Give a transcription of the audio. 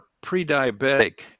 pre-diabetic